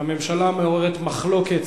שהממשלה מעוררת מחלוקת,